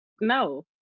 no